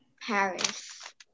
Paris